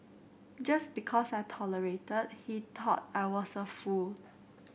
just because I tolerated he thought I was a fool